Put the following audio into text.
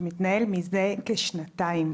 שמתנהל מזה כשנתיים,